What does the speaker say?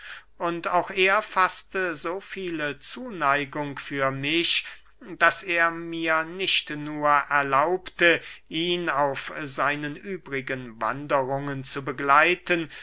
und auch er faßte so viele zuneigung für mich daß er mir nicht nur erlaubte ihn auf seinen übrigen wanderungen zu begleiten